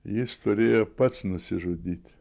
jis turėjo pats nusižudyt